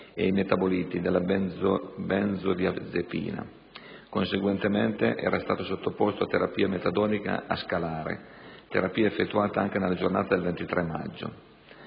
ed ai metaboliti della benzodiazepina. Conseguentemente era stato sottoposto a terapia metadonica a scalare, terapia effettuata anche nella giornata del 23 maggio.